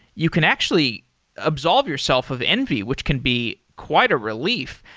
you can actually absolve yourself of envy, which can be quite a relief.